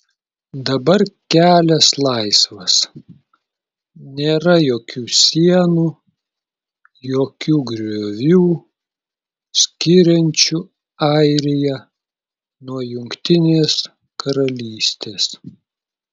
dabar kelias laisvas nėra jokių sienų jokių griovių skiriančių airiją nuo jungtinės karalystės